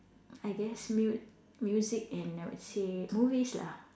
I guess mute music and I would say movies lah